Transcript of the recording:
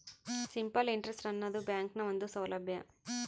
simple interest ಆನದು ಬ್ಯಾಂಕ್ನ ಒಂದು ಸೌಲಬ್ಯಾ